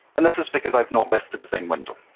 and this is because i've not left the design window.